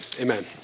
Amen